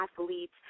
athletes